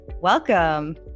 Welcome